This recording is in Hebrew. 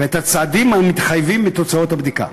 ואת הצעדים המתחייבים מתוצאות הבדיקה.